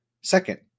second